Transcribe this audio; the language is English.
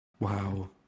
Wow